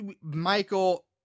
michael